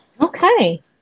Okay